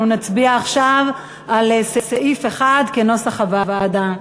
אנו נצביע עכשיו על סעיף 1 כנוסח הוועדה.